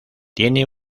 tiene